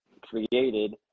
created